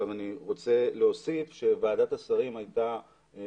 אני רוצה להוסיף ולומר שוועדת השרים לחקיקה